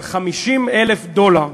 של 50,000 דולר,